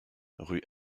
rue